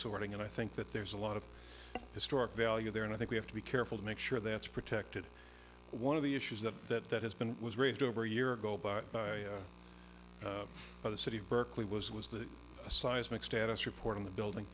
sorting and i think that there's a lot of historic value there and i think we have to be careful to make sure that's protected one of the issues that has been was raised over a year ago by the city of berkeley was was the seismic status report in the building